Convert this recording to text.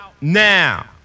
now